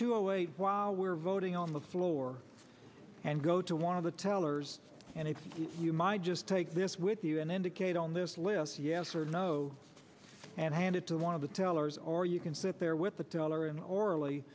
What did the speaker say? wait while we're voting on the floor and go to one of the tellers and if you might just take this with you and indicate on this list yes or no and hand it to one of the tellers or you can sit there with the teller and orally